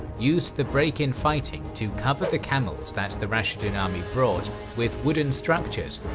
used the break in fighting to cover the camels that the rashidun army brought with wooden structures,